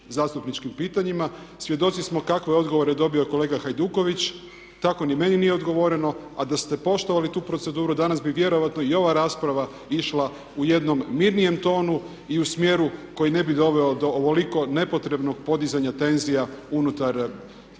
zastupničkim pitanjima. Svjedoci smo kakve je odgovore dobio kolega Hajduković. Tako ni meni nije odgovoreno, a da ste poštovali tu proceduru danas bi vjerojatno i ova rasprava išla u jednom mirnijem tonu i u smjeru koji ne bi doveo do ovoliko nepotrebnog podizanja tenzija unutar Parlamenta